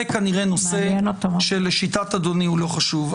זה כנראה נושא שלשיטת אדוני הוא לא חשוב.